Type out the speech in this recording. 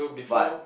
but